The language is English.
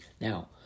Now